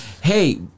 hey